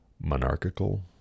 monarchical